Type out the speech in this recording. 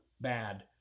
bad